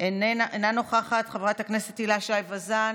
אינה נוכחת, חברת הכנסת הילה שי וזאן,